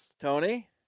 tony